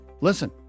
listen